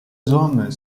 hommes